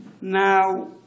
Now